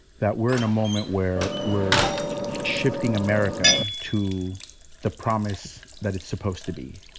that we're in a moment where we're shifting america to the promise that it's supposed to be.